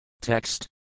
Text